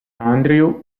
andrew